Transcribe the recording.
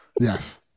Yes